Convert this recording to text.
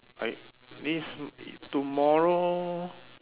I means tomorrow